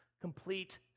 complete